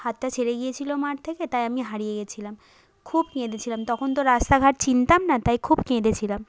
হাতটা ছেড়ে গিয়েছিলো মার থেকে তাই আমি হারিয়ে গেছিলাম খুব কেঁদেছিলাম তখন তো রাস্তা ঘাট চিনতাম না তাই খুব কেঁদেছিলাম